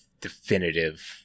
definitive